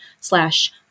slash